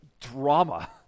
drama